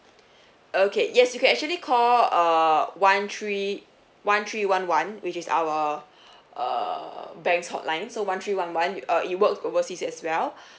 okay yes you can actually call uh one three one three one one which is our uh bank's hotline so one three one one uh it works overseas as well